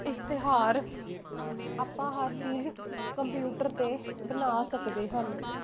ਇਸ਼ਤਿਹਾਰ ਆਪਾਂ ਹਰ ਚੀਜ਼ ਕੰਪਿਊਟਰ 'ਤੇ ਬਣਾ ਸਕਦੇ ਹਨ